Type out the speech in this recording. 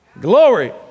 Glory